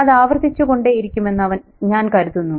അത് ആവർത്തിച്ചുകൊണ്ടേയിരിക്കുമെന്ന് ഞാൻ കരുതുന്നു